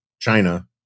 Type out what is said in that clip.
China